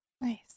Nice